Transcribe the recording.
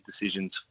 decisions